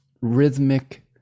rhythmic